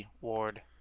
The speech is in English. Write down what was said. Ward